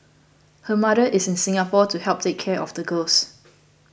her mother is in Singapore to help take care of the girls